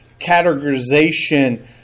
categorization